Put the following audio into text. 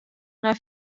nei